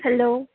hello